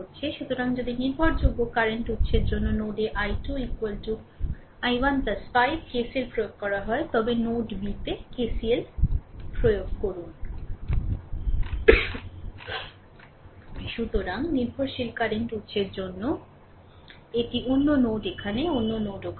সুতরাং যদি নির্ভরযোগ্য কারেন্ট উত্সের জন্য নোডে I2 I1 5 KCL প্রয়োগ করা হয় তবে নোড bতে KCL প্রয়োগ করুন সুতরাং নির্ভরশীল কারেন্ট উত্সের জন্য এটি অন্য নোড এখানে অন্য নোড এখানে